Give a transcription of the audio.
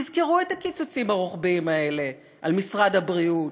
תזכרו את הקיצוצים הרוחביים האלה על משרד הבריאות,